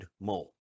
mole